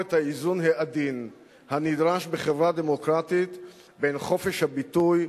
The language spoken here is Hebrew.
את האיזון העדין הנדרש בחברה דמוקרטית בין חופש הביטוי,